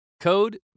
Code